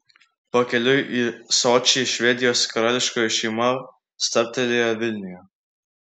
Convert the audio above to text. pakeliui į sočį švedijos karališkoji šeima stabtelėjo vilniuje